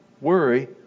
worry